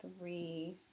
three